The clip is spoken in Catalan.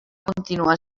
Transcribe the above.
continuar